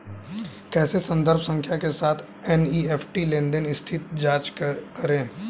कैसे संदर्भ संख्या के साथ एन.ई.एफ.टी लेनदेन स्थिति की जांच करें?